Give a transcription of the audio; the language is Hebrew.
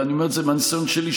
ואני אומר את זה מהניסיון שלי,